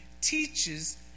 teaches